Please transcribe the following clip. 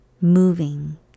Moving